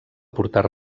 portar